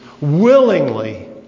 willingly